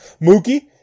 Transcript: Mookie